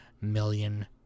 million